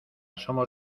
somos